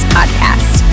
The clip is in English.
Podcast